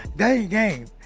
that a game.